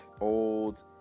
old